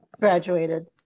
graduated